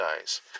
eyes